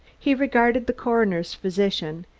he regarded the coroner's physician,